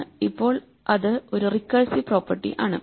ഇപ്പോൾ ഇത് ഒരു റിക്കേഴ്സീവ് പ്രോപ്പർട്ടി ആണ്